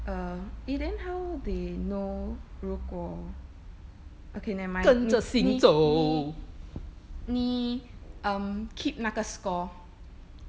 uh eh then how they know 如果 okay never mind 你你你你 um keep 那个 score